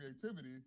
creativity